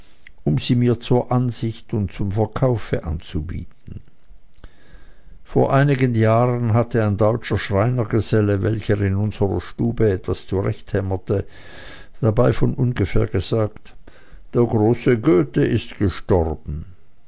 um sie mir zur ansicht und zum verkauf anzubieten vor einigen jahren hatte ein deutscher schreinergeselle welcher in unserer stube etwas zurechthämmerte dabei von ungefähr gesagt der große goethe ist gestorben